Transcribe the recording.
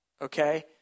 okay